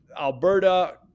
Alberta